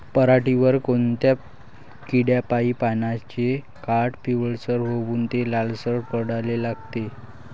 पऱ्हाटीवर कोनत्या किड्यापाई पानाचे काठं पिवळसर होऊन ते लालसर पडाले लागते?